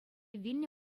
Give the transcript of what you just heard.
вилнӗ